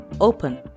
Open